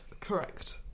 Correct